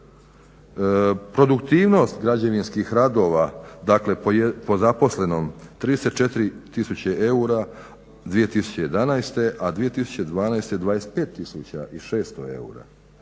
Produktivnost građevinskih radova, dakle po zaposlenom 34 tisuće eura 2011., a 2012. 25600 eura.